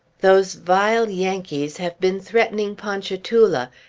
those vile yankees have been threatening ponchatoula,